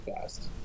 fast